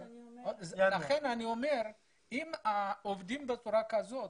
לכן אני אומר שאם עובדים בצורה כזאת,